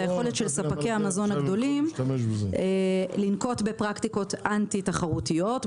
היכולת של ספקי המזון הגדולים לנקוט בפרקטיקות אנטי תחרותיות,